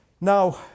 Now